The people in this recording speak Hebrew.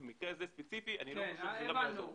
במקרה הזה ספציפית אני לא חושב שזה דבר טוב.